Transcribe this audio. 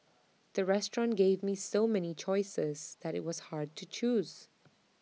the restaurant gave me so many choices that IT was hard to choose